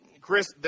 Chris